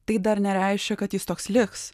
tai dar nereiškia kad jis toks liks